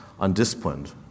undisciplined